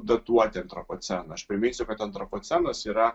datuoti antropoceną aš priminsiu kad antropocenas yra